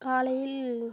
காலையில்